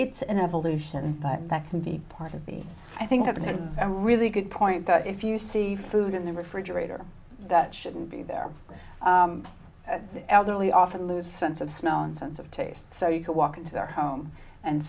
it's an evolution but that can be part of the i think it's a really good point that if you see food in the refrigerator that shouldn't be there the elderly often lose sense of smell and sense of taste so you can walk into their home and